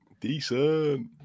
Decent